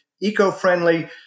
eco-friendly